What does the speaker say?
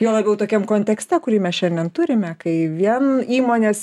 juo labiau tokiam kontekste kurį mes šiandien turime kai vien įmonės